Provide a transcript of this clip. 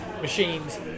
machines